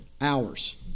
hours